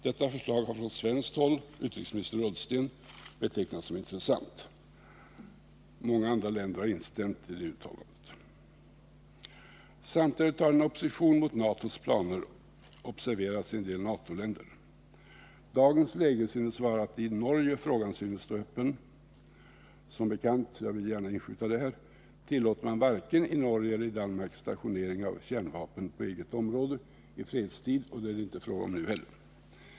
Detta förslag har från svenskt håll genom utrikesminister Ullsten betecknats som intressant. Många andra länder har instämt i det uttalandet. Samtidigt har en opposition mot NATO:s planer observerats i en del NATO-länder. Dagens läge är det att i Norge frågan synes stå öppen. Som bekant — jag vill gärna inskjuta det här — tillåter man varken i Norge eller i Danmark stationering av kärnvapen på eget område i fredstid, och det är det inte fråga om nu heller.